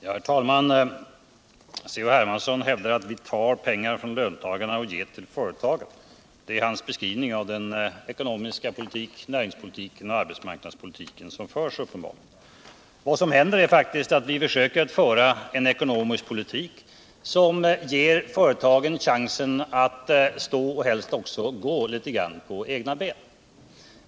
Herr talman! C.-H. Hermansson hävdar att vi tar pengar från löntagarna och ger till företagen. Det är hans beskrivning av den ekonomiska politiken och arbetsmarknadspolitiken. Vad som händer är att vi försöker föra en ekonomisk politik som ger företagen chansen att stå och helst också gå litet på egna ben.